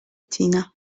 tina